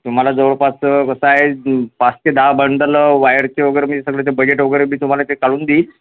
तुम्हाला जवळपास कसं आहे पाच ते दहा बंडल वायरचे वगैरे मी सगळे ते बजेट वगैरे बी तुम्हाला ते काढून देईन